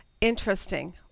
Interesting